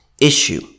issue